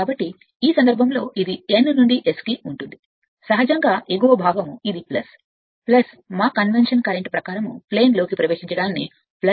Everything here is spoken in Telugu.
కాబట్టి ఈ సందర్భంలో ఇది N నుండి S సహజంగా ఎగువ భాగం ఇది మా కన్వెన్షన్ కరెంట్ ప్రకారంసమతలం ప్రవేశించడం ప్రకారం కొనసాగించవచ్చు